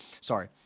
sorry